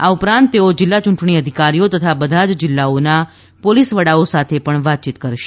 આ ઉપરાંત તેઓ જિલ્લા યૂંટણી અધિકારીઓ તથા બધા જ જિલ્લાઓના પોલીસ વડાઓ સાથે પણ વાતચીત કરીશે